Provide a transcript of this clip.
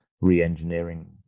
re-engineering